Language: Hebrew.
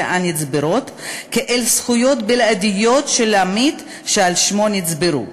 הנצברות כאל זכויות בלעדיות של עמית שעל שמו נצברו.